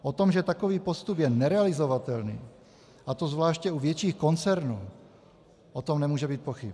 O tom, že takový postup je nerealizovatelný, a to zvláště u větších koncernů, o tom nemůže být pochyb.